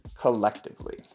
collectively